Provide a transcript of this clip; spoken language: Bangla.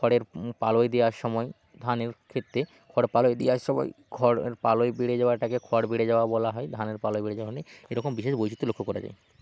খড়ের পালুই দেওয়ার সময় ধানের ক্ষেত্রে খড় পালুই দেওয়ার সময় খড় আর পালুই বেড়ে যাওয়াটাকে খড় বেড়ে যাওয়া বলা হয় ধানের পালুই বেড়ে যাওয়া নয় এরকম বিশেষ বৈচিত্র্য লক্ষ্য করা যায়